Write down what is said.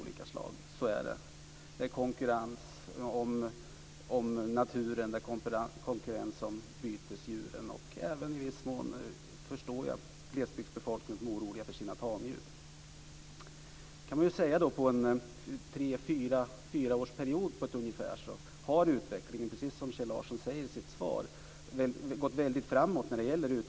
Det gäller konkurrens om naturen och om bytesdjuren. Jag kan även förstå att glesbygdsbefolkningen i viss mån är orolig för sina tamdjur. Under en period på tre-fyra år har utvecklingen, som Kjell Larsson sade i sitt svar, gått framåt.